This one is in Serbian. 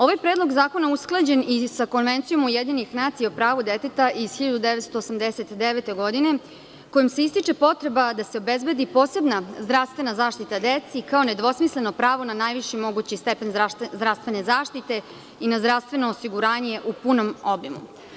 Ovaj predlog zakona usklađen i sa konvencijom Ujedinjenih nacija o pravu deteta iz 1989. godine kojim se ističe potreba da se obezbedi posebna zdravstvena zaštita deci kao nedvosmisleno pravo na najviši mogući stepen zdravstvene zaštite i na zdravstveno osiguranje u punom obimu.